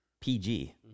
PG